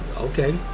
okay